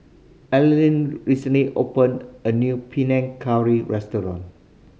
Earlene recently opened a new Panang Curry restaurant